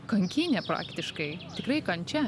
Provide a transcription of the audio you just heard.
kankynė praktiškai tikrai kančia